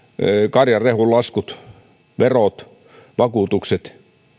karjanrehulaskut eläinlääkäreiden palkkiot verot vakuutukset